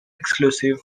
exclusively